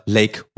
lake